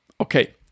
Okay